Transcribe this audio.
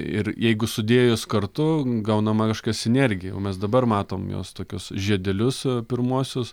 ir jeigu sudėjus kartu gaunama kažkokia sinergija jau mes dabar matome juos tokius žiedelius pirmuosius